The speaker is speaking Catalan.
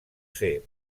ser